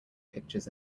pictures